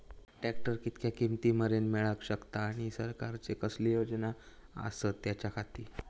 Tractor कितक्या किमती मरेन मेळाक शकता आनी सरकारचे कसले योजना आसत त्याच्याखाती?